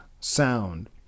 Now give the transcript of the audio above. sound